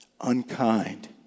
unkind